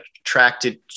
attracted